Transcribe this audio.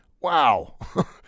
wow